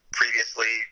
previously